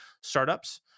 startups